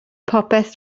popeth